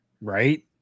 Right